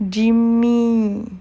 jimmy